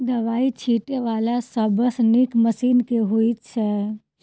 दवाई छीटै वला सबसँ नीक मशीन केँ होइ छै?